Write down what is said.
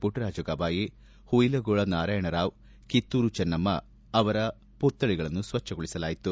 ಮಟ್ಸರಾಜ ಗವಾಯಿ ಹುಯಿಲಗೊಳ ನಾರಾಯಣರಾವ್ ಕಿತ್ತೂರು ರಾಣಿ ಚೆನ್ನಮ್ಮ ಅವರ ಮತ್ಥಳಿಗಳನ್ನು ಸ್ವಚ್ಚಗೊಳಿಸಲಾಯಿತು